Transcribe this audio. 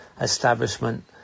establishment